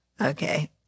Okay